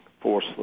force